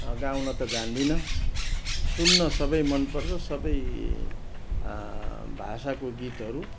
गाउन त जान्दिनँ सुन्न सबै मन पर्छ सबै भाषाको गीतहरू